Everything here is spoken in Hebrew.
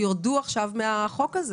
ירדו עכשיו מהחוק הזה.